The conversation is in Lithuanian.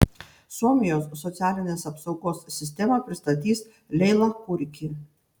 suomijos socialinės apsaugos sistemą pristatys leila kurki